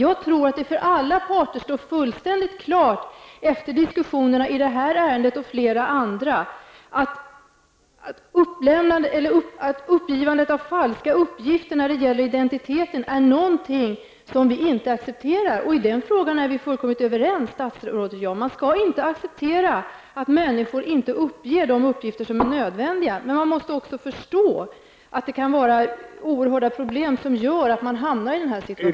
Efter diskussionerna i detta och flera andra ärenden tror jag att det för alla parter står fullständigt klart att uppgivandet av falska uppgifter om identiteten är någonting som vi inte accepterar. I den frågan är vi fullkomligt överens, statsrådet och jag. Man skall inte acceptera att människor inte lämnar de uppgifter som är nödvändiga. Men man måste också förstå att det kan vara oerhörda problem som gör att människor hamnar i den här situationen.